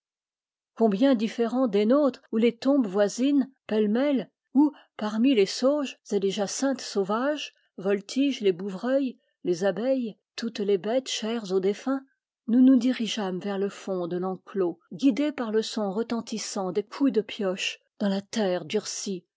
combien différent des nôtres où les tombes voisinent pêle-mêle où parmi les sauges et les jacinthes sauvages voltigent les bouvreuils les abeilles toutes les bêtes chères aux défunts nous nous dirigeâmes vers le fond de l'enclos guidés par le son retentissant des coups de pioche dans la terre durcie